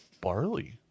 Barley